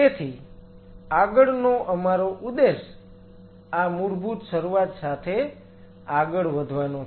તેથી આગળનો અમારો ઉદ્દેશ આ મૂળભૂત શરૂઆત સાથે આગળ વધવાનો છે